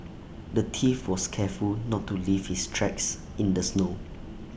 the thief was careful not to leave his tracks in the snow